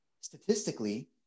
statistically